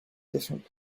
different